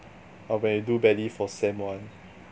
or when you do badly for sem one